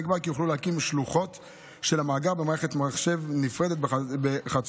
נקבע כי יוכלו להקים שלוחות של המאגר במערכת מחשב נפרדת בחצריהן.